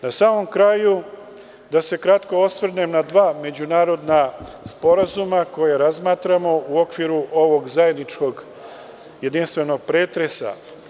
Na samom kraju, da se kratko osvrnem na dva međunarodna sporazuma, koja razmatramo u okviru ovog zajedničkog jedinstvenog pretresa.